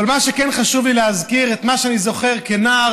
אבל מה שכן חשוב לי להזכיר זה את מה שאני זוכר כנער,